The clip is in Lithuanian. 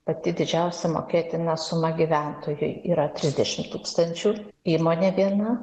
pati didžiausia mokėtina suma gyventojui yra trisdešimt tūkstančių įmonė viena